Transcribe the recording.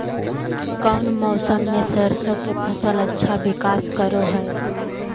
कौन मौसम मैं सरसों के फसल अच्छा विकास करो हय?